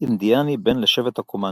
אינדיאני בן לשבט קומאנצ'י.